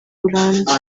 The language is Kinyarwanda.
burambye